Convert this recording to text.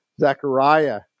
Zechariah